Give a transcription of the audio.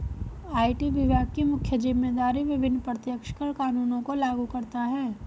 IT विभाग की मुख्य जिम्मेदारी विभिन्न प्रत्यक्ष कर कानूनों को लागू करता है